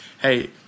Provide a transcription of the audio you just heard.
hey